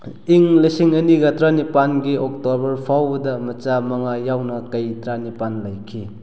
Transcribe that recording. ꯏꯪ ꯂꯤꯁꯤꯡ ꯑꯅꯤꯒ ꯇꯔꯥꯅꯤꯄꯥꯜꯒꯤ ꯑꯣꯛꯇꯣꯕꯔ ꯐꯥꯎꯕꯗ ꯃꯆꯥ ꯃꯉꯥ ꯌꯥꯎꯅ ꯀꯩ ꯇꯔꯥꯅꯤꯄꯥꯜ ꯂꯩꯈꯤ